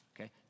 Okay